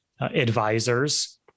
advisors